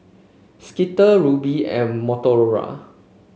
Skittle Rubi and Motorola